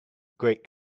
great